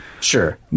Sure